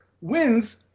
wins